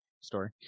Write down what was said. Story